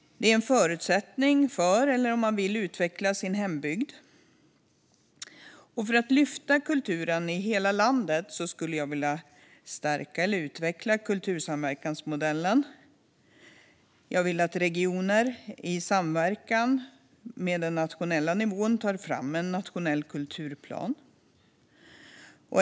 Detta är en förutsättning för att man ska kunna utveckla sin hembygd. För att lyfta kulturen i hela landet skulle jag vilja stärka eller utveckla kultursamverkansmodellen. Jag vill att regioner i samverkan med den nationella nivån tar fram en nationell kulturplan.